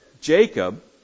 Jacob